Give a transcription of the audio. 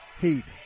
Heath